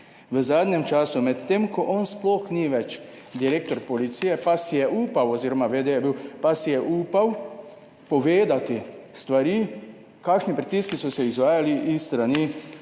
V zadnjem času, medtem ko on sploh ni več direktor policije oziroma vede je bil, pa si je upal povedati stvari, kakšni pritiski so se izvajali s strani